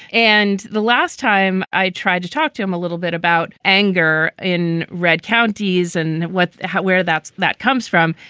and the last time i tried to talk to him a little bit about anger in red counties and what where that that comes from,